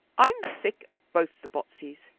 i'm sick of both the botseys,